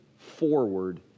forward